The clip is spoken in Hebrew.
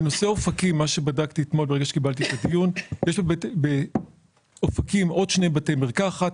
באופקים, ממה שבדקתי אתמול, יש עוד שני בתי מרקחת.